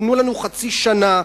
תנו לנו חצי שנה,